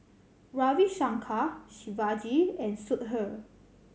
Ravi Shankar Shivaji and Sudhir